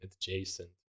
adjacent